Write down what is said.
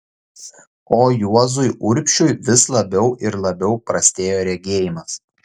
o juozui urbšiui vis labiau ir labiau prastėjo regėjimas